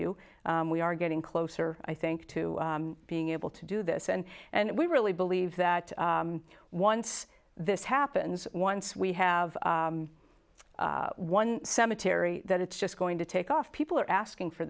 you we are getting closer i think to being able to do this and and we really believe that once this happens once we have one cemetery that it's just going to take off people are asking for